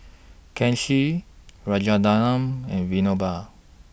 Kanshi Rajaratnam and Vinoba